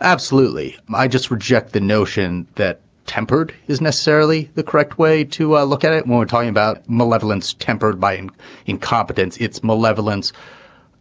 absolutely. i just reject the notion that tempered is necessarily the correct way to look at it. when we're talking about malevolence tempered by and incompetence, it's malevolence